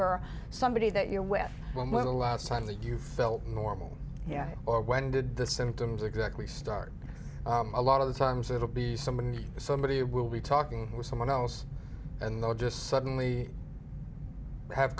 or somebody that you're with a little outside that you felt normal or when did the symptoms exactly start a lot of the times it will be somebody somebody will be talking with someone else and they'll just suddenly have